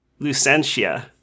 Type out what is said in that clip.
Lucentia